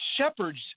shepherds